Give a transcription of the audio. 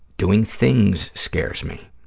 doing things scares me.